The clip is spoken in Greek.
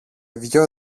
δυο